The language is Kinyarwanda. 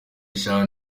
eshanu